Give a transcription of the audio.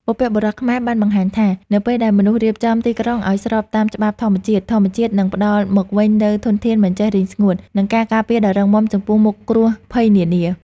បុព្វបុរសខ្មែរបានបង្ហាញថា នៅពេលដែលមនុស្សរៀបចំទីក្រុងឱ្យស្របតាមច្បាប់ធម្មជាតិ ធម្មជាតិនឹងផ្ដល់មកវិញនូវធនធានមិនចេះរីងស្ងួត និងការការពារដ៏រឹងមាំចំពោះមុខគ្រោះភ័យនានា។